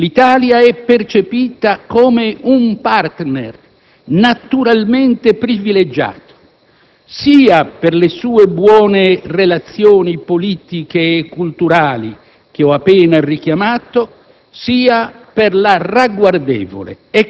In questa prospettiva, l'Italia è percepita come un *partner* naturalmente privilegiato, sia per le sue buone relazioni politiche e culturali, che ho appena richiamato,